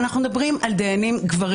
אנחנו מדברים על דיינים גברים